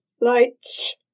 Lights